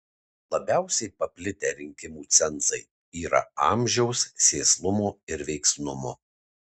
labiausiai paplitę rinkimų cenzai yra amžiaus sėslumo ir veiksnumo